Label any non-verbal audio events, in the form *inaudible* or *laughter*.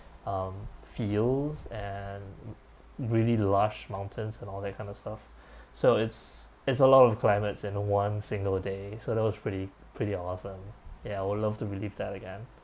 um fields and *noise* really lush mountains and all that kind of stuff so it's it's a lot of climates in one single day so that was pretty pretty awesome ya I would love the relive that again